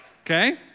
Okay